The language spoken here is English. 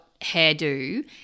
hairdo